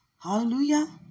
Hallelujah